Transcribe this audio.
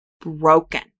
Broken